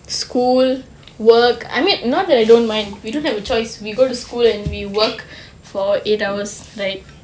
school work I mean not that I don't mind you don't have a choice we go to school and we work for eight hours right